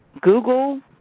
Google